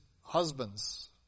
husbands